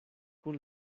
kun